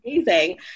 amazing